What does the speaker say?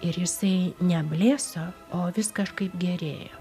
ir jisai ne blėso o vis kažkaip gerėjo